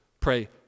Pray